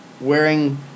wearing